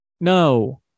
No